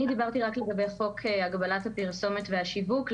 אני דיברתי רק לגבי חוק הגבלת הפרסומת והשיווק.